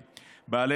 כנסת.